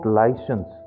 license